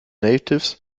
natives